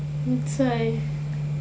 that's why